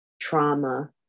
trauma